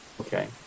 Okay